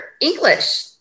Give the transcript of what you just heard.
English